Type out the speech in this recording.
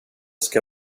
ska